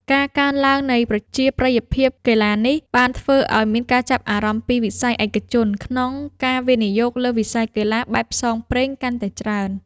ការកើនឡើងនៃប្រជាប្រិយភាពកីឡានេះ បានធ្វើឱ្យមានការចាប់អារម្មណ៍ពីវិស័យឯកជនក្នុងការវិនិយោគលើវិស័យកីឡាបែបផ្សងព្រេងកាន់តែច្រើន។